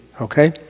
Okay